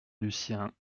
lucien